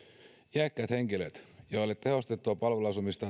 iäkkäät henkilöt joille tehostettua palveluasumista